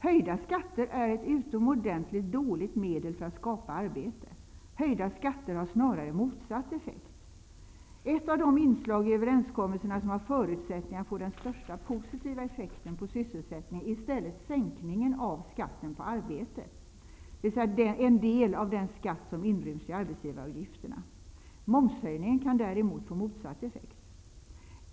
Höjda skatter är ett utomordentligt dåligt medel för att skapa arbete. Höjda skatter har snarare motsatt effekt. Ett av de inslag i överenskommelserna som har förutsättningar att få den största positiva effekten på sysselsättningen är i stället sänkningen av skatten på arbete, dvs. en del av den skatt som inryms i arbetsgivaravgifterna. Momshöjningen kan däremot få motsatt effekt.